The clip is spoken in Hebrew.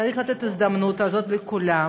צריך לתת את ההזדמנות הזאת לכולם.